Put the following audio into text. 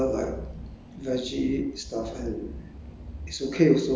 but just so the people generally they just offer like